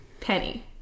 Penny